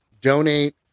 donate